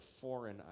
foreign